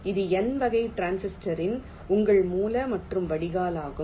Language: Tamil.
இது N வகை டிரான்சிஸ்டரின் உங்கள் மூல மற்றும் வடிகால் ஆகும்